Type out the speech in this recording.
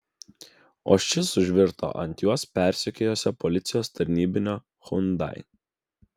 o šis užvirto ant juos persekiojusio policijos tarnybinio hyundai